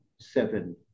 seven